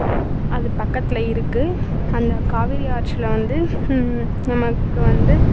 அது பக்கத்தில் இருக்குது அந்த காவேரி ஆற்றில் வந்து நமக்கு வந்து